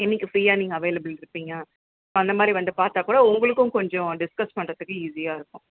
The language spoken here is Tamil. என்றைக்கி ஃப்ரீயாக நீங்கள் அவைலபிள் இருப்பிங்கள் ஸோ அந்தமாதிரி வந்து பார்த்தா கூட உங்களுக்கும் கொஞ்சம் டிஸ்கஸ் பண்ணுறதுக்கு ஈஸியாக இருக்கும்